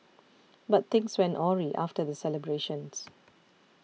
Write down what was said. but things went awry after the celebrations